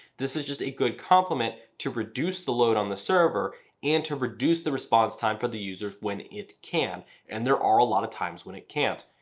this is just a good compliment to reduce the load on the server and to reduce the response time for the users when it can and there are a lot of times when it can't.